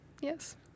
Yes